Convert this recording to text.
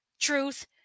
Truth